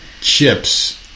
chips